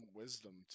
wisdom